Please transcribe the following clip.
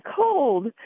cold